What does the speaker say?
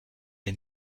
est